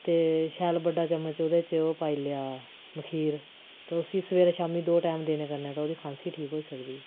ते शैल बड्डा चमच ओह्दे च ओह् पाई लेआ मखीर ते उसी सवेरे शामीं दो टाइम देने कन्नै ते ओह्दी खांसी ठीक होई सकदी